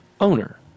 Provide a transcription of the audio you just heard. owner